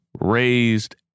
raised